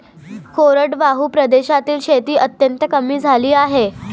कोरडवाहू प्रदेशातील शेती अत्यंत कमी झाली आहे